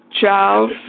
Charles